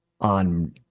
on